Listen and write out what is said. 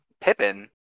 Pippin